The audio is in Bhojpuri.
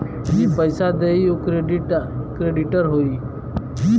जे पइसा देई उ क्रेडिटर होई